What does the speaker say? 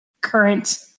current